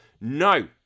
No